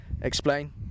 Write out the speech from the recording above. Explain